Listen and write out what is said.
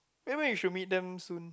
maybe we should meet them soon